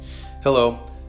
Hello